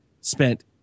spent